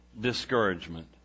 Discouragement